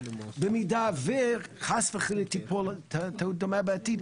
במידה וחס וחלילה תיפול טעות דומה בעתיד,